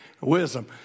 wisdom